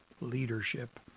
leadership